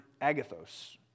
agathos